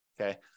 okay